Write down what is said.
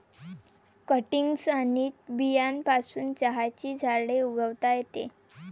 cuttings आणि बियांपासून चहाची झाडे उगवता येतात